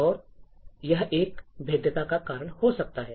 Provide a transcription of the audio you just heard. और यह एक भेद्यता का कारण हो सकता है